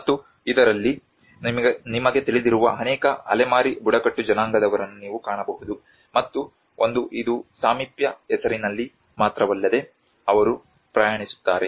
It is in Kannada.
ಮತ್ತು ಇದರಲ್ಲಿ ನಿಮಗೆ ತಿಳಿದಿರುವ ಅನೇಕ ಅಲೆಮಾರಿ ಬುಡಕಟ್ಟು ಜನಾಂಗದವರನ್ನು ನೀವು ಕಾಣಬಹುದು ಮತ್ತು ಒಂದು ಇದು ಸಾಮೀಪ್ಯ ಹೆಸರಿನಲ್ಲಿ ಮಾತ್ರವಲ್ಲದೆ ಅವರು ಪ್ರಯಾಣಿಸುತ್ತಾರೆ